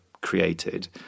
created